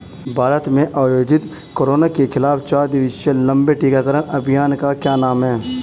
भारत में आयोजित कोरोना के खिलाफ चार दिवसीय लंबे टीकाकरण अभियान का क्या नाम है?